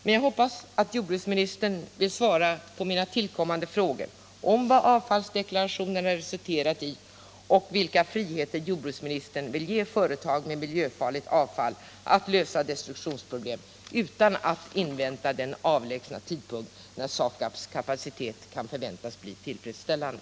Men jag hoppas att jordbruksministern vill svara på mina ytterligare frågor — om vad avfallsdeklarationerna resulterat i och vilka friheter jordbruksministern vill ge företag med miljöfarligt avfall att lösa destruktionsproblem utan att invänta den avlägsna tidpunkt när SAKAB:s kapacitet kan förväntas bli tillfredsställande.